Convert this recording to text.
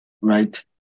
right